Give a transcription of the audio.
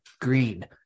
green